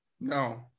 No